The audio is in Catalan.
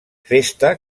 festa